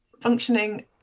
functioning